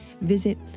Visit